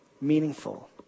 meaningful